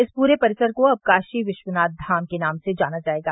इस पूरे परिसर को अब काशी विश्वनाथ धाम के नाम से जाना जायेगा